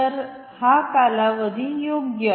तर हा कालावधी योग्य आहे